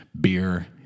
beer